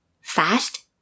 Fast